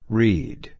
read